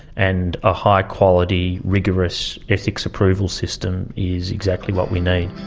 and a high-quality, rigorous ethics approval system is exactly what we need.